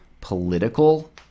political